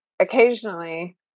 occasionally